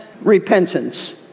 repentance